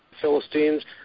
Philistines